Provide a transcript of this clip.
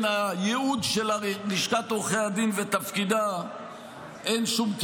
הייעוד של לשכת עורכי הדין ותפקידה אין שום קשר.